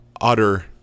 utter